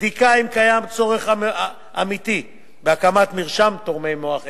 בדיקה אם קיים צורך אמיתי בהקמת מרשם תורמי מוח עצם,